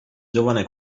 giovane